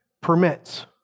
permits